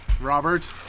Robert